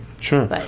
sure